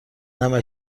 نمکـ